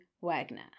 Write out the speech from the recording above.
Wagner